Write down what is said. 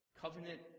covenant